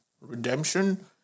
redemption